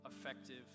effective